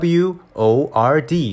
word